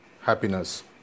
happiness